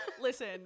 Listen